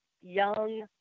young